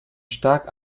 stark